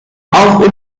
auch